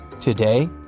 today